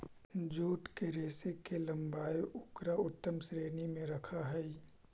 jute के रेशा के लम्बाई उकरा उत्तम श्रेणी में रखऽ हई